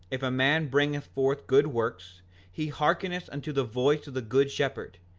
if a man bringeth forth good works he hearkeneth unto the voice of the good shepherd,